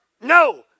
no